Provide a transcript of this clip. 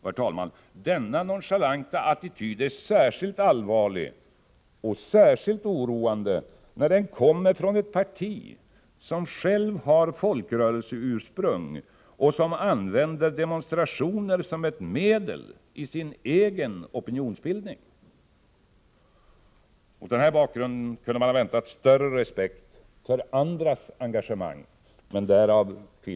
Herr talman! Denna nonchalanta attityd är särskilt allvarlig och oroande när den kommer från ett parti som självt har folkrörelseursprung och som använder demonstrationer som ett medel i sin egen opinionsbildning. Med denna bakgrund kunde man vänta större respekt för andras engagemang.